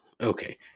Okay